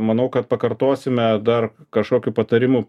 manau kad pakartosime dar kažkokių patarimų